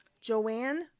Joanne